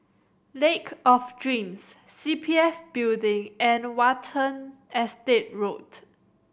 Lake of Dreams C P F Building and Watten Estate Road